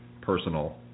personal